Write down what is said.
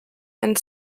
and